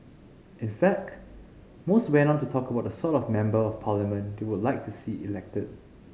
in fact most went on to talk about the sort of Member of Parliament they would like to see elected